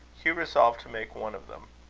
hugh resolved to make one of them.